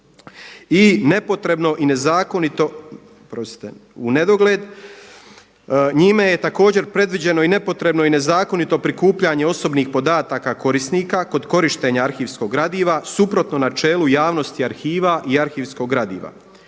i nepotrebno i nezakonito, oprostite u nedogled. Njime je također predviđeno i nepotrebno i nezakonito prikupljanje osobnih podataka korisnika kod korištenja arhivskog gradiva suprotno načelu javnosti arhiva i arhivskog gradiva.